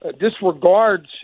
disregards